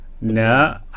No